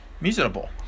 miserable